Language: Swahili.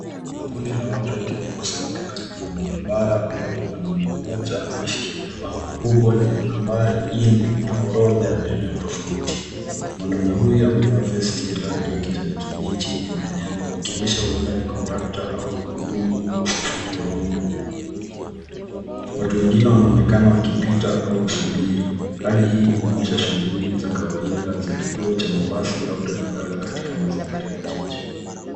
Kuna kundi la watu wakiwa wamekusanyika karibu na barabara ambapo mwanaume mmoja ameshikilia bango kubwa lenye nambari nne na orodha ya maeneo tofauti. Mwanaume huyu amevaa vesti ya rangi ya kijani kibichi enye nembo, ikionyesha huenda ni kondukta au mhudumu wa usafiri wa umma. Watu wengine wanaonekana wakipita au kusubiri. Hali hii inaonyesha shughuli za kawaida za kituo cha mabasi au daladala katika mazingira ya jiji.